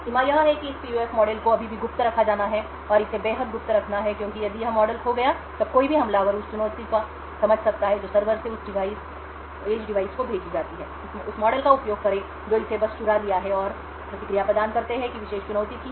सीमा यह है कि इस PUF मॉडल को अभी भी गुप्त रखा जाना है और इसे बेहद गुप्त रखना है क्योंकि यदि यह मॉडल खो गया तब कोई भी हमलावर उस चुनौती को समझ सकता है जो सर्वर से उस एज डिवाइस को भेजी जाती है उस मॉडल का उपयोग करें जो इसे बस चुरा लिया है और प्रतिक्रिया प्रदान करते हैं कि विशेष चुनौती थी